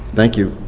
thank you.